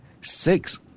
six